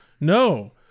No